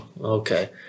Okay